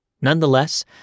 Nonetheless